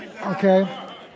Okay